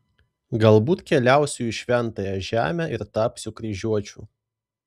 galbūt keliausiu į šventąją žemę ir tapsiu kryžiuočiu